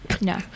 No